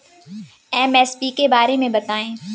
MSP के बारे में बतायें?